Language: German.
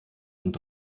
und